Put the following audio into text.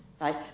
Right